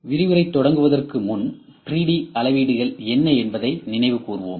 விரிவுரை தொடங்குவதற்கு முன் 3D அளவீடுகள் என்ன என்பதை நினைவு கூர்வோம்